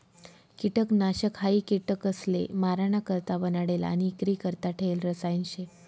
किटकनाशक हायी किटकसले माराणा करता बनाडेल आणि इक्रीकरता ठेयेल रसायन शे